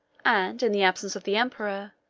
and in the absence of the emperor,